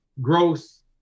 growth